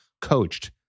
Coached